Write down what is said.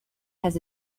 has